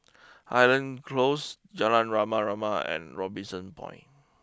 Highland close Jalan Rama Rama and Robinson Point